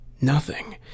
Nothing